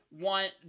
want